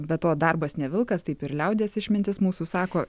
be to darbas ne vilkas taip ir liaudies išmintis mūsų sako